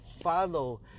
follow